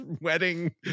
wedding